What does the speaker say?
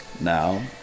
Now